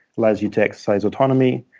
allows you to exercise autonomy,